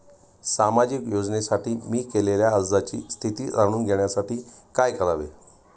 सामाजिक योजनेसाठी मी केलेल्या अर्जाची स्थिती जाणून घेण्यासाठी काय करावे?